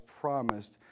promised